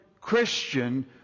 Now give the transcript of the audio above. Christian